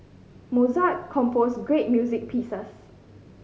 Mozart composed great music pieces